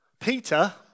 Peter